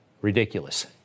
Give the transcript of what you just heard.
Ridiculous